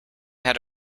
had